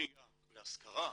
בניה להשכרה,